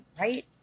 right